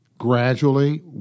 gradually